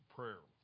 Prayer